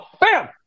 bam